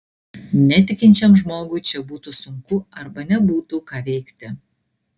netikinčiam žmogui čia būtų sunku arba nebūtų ką veikti